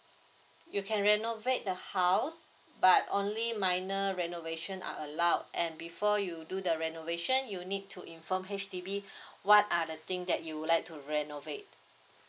you can renovate the house but only minor renovation are allowed and before you do the renovation you need to inform H_D_B what are the thing that you would like to renovate